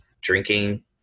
drinking